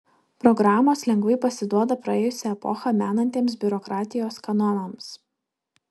programos lengvai pasiduoda praėjusią epochą menantiems biurokratijos kanonams